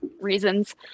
reasons